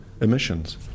emissions